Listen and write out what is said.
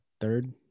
third